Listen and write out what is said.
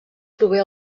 prové